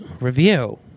Review